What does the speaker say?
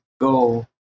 go